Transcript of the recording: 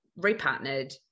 repartnered